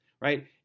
right